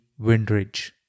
Windridge